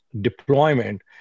deployment